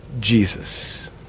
Jesus